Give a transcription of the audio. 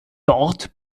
dort